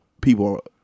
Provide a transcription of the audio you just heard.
people